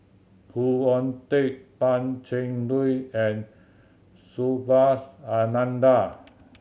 Khoo Oon Teik Pan Cheng Lui and Subhas Anandan